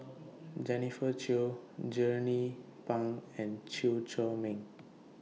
Jennifer Yeo Jernnine Pang and Chew Chor Meng